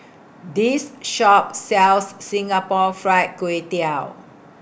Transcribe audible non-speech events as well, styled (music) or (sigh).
(noise) This Shop sells Singapore Fried Kway Tiao